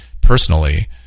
personally